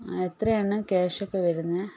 എത്രയാണ് ക്യാഷ് ഒക്കെ വരുന്നത്